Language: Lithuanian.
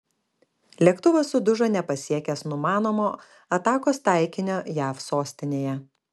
lėktuvas sudužo nepasiekęs numanomo atakos taikinio jav sostinėje